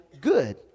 good